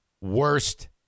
worst